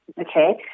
okay